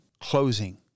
closing